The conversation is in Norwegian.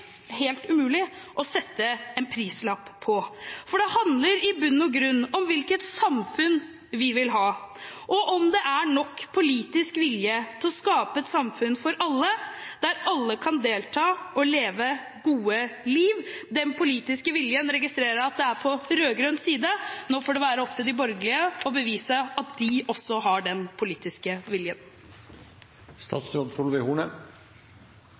helt umulig – å sette en prislapp på. For det handler i bunn og grunn om hvilket samfunn vi vil ha, og om det er nok politisk vilje til å skape et samfunn for alle, der alle kan delta og leve et godt liv. Den politiske viljen registrerer jeg er på rød-grønn side. Nå får det være opp til de borgerlige å bevise at også de har den politiske